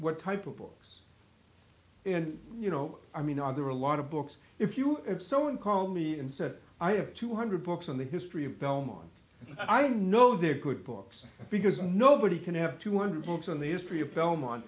what type of books and you know i mean are there a lot of books if you if someone called me and said i have two hundred books on the history of belmont and i know they're good books because nobody can have two hundred books on the history of belmont